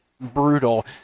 brutal